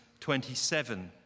27